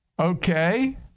Okay